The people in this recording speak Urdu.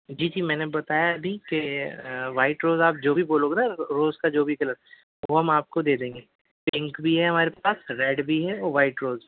جی جی میں نے بتایا بھی کہ وائٹ روز آپ جو بھی بولو گے نہ روز کا جو بھی کلر وہ ہم آپ کو دے دیں گے پِنک بھی ہے ہمارے پاس ریڈ بھی ہے اور وائٹ روز بھی